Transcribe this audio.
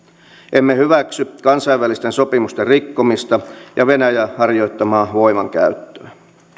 emme hyväksy kansainvälisten sopimusten rikkomista ja venäjän harjoittamaa voimankäyttöä